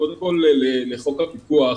קודם כל, לחוק הפיקוח.